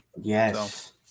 yes